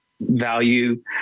value